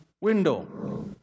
window